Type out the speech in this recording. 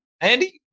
Andy